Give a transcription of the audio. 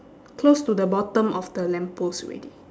close to the bottom of the lamppost already